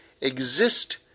exist